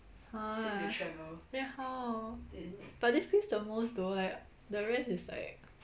!huh! then how but this pays the most though like the rest is like